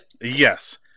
Yes